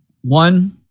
One